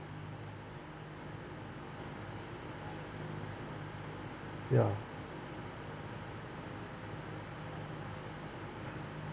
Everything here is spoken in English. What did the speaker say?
ya